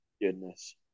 goodness